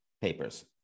papers